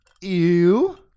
Ew